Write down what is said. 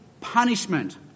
Punishment